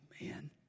man